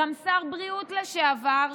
וגם שר בריאות לשעבר,